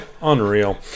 Unreal